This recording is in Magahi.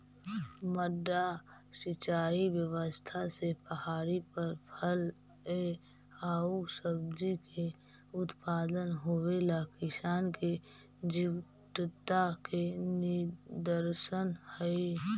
मड्डा सिंचाई व्यवस्था से पहाड़ी पर फल एआउ सब्जि के उत्पादन होवेला किसान के जीवटता के निदर्शन हइ